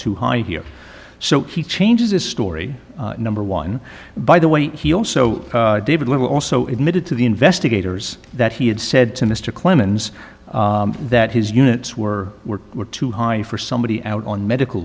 too high here so he changes this story number one by the way he also david little also admitted to the investigators that he had said to mr clemens that his units were were were too high for somebody out on medical